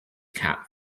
cat